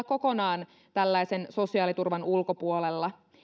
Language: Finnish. kokonaan tällaisen sosiaaliturvan ulkopuolella